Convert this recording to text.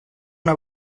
una